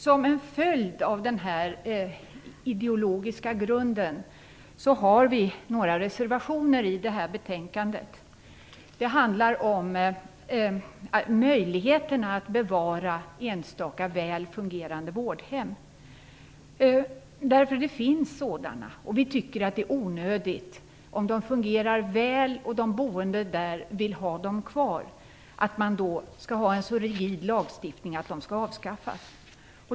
Som en följd av den här ideologiska grunden har vi några reservationer i detta betänkande. Det handlar om möjligheten att bevara enstaka väl fungerande vårdhem. Det finns ju sådana. Om de fungerar väl och de boende där vill ha dem kvar tycker vi att det är onödigt att ha en så rigid lagstiftning att de skall avskaffas.